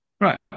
right